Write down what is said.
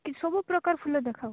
କି ସବୁପ୍ରକାର ଫୁଲ ଦେଖାଅ